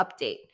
update